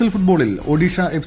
L ഫുട്ബോളിൽ Odisha F